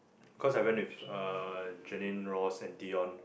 cause I went with uh Jenine Ross and Dion